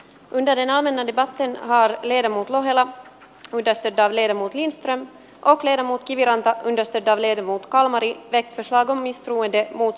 toinen enää mene mitä teen vaan enemmänkin ohella muiden sterdalenamutlinstrand aplle muut kiviranta äänestetään levyn muut kalmari pekka saa valmisteluiden muut